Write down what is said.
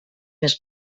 més